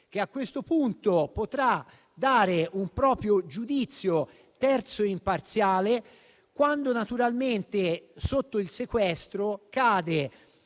che a questo punto potrà dare un proprio giudizio terzo e imparziale, quando naturalmente sotto il sequestro cade